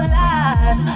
lies